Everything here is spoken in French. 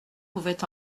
pouvait